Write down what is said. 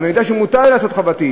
אני יודע שמותר לי לעשות את חובתי.